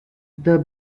the